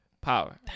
Power